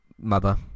mother